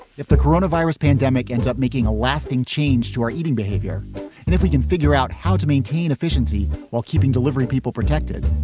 if the coronavirus pandemic ends up making a lasting change to our eating behavior and if we can figure out how to maintain efficiency while keeping delivery people protected,